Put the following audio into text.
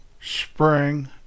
Spring